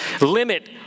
limit